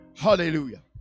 Hallelujah